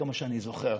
עד כמה שאני זוכר,